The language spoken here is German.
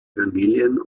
evangelien